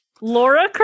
Laura